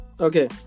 Okay